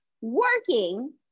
working